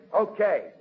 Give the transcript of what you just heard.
Okay